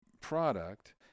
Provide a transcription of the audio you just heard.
product